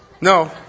No